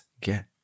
get